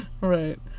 Right